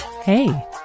Hey